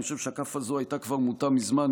אני חושב שהכף הזו הייתה כבר מוטה מזמן.